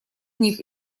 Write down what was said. них